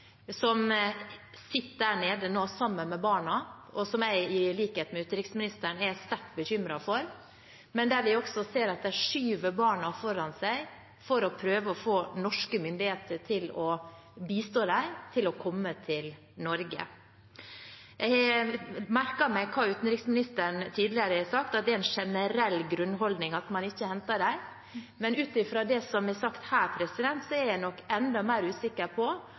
som nå sitter der nede sammen med barna sine, som jeg – i likhet med utenriksministeren – er sterkt bekymret for. Men vi ser at de skyver barna foran seg for å prøve å få norske myndigheter til å bistå dem med å komme seg til Norge. Jeg har merket meg hva utenriksministeren tidligere har sagt, at det er en generell grunnholdning at man ikke henter dem, men ut fra det som er sagt her, er jeg nok enda mer usikker på